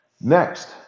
Next